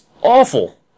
awful